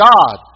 God